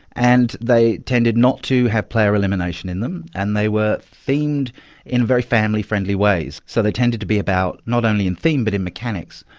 and they tended not to have player elimination in them, and they were themed in very family-friendly ways. so they tended to be about. not only in theme but in mechanics.